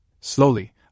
Slowly